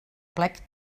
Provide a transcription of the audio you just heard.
plec